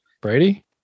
Brady